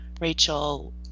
Rachel